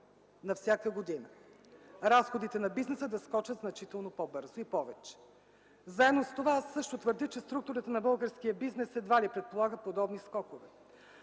на всяка година, разходите на бизнеса да скочат значително по-бързо и повече. Заедно с това аз също твърдя, че в структурите на българския бизнес едва ли се полагат подобни скокове.